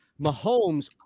Mahomes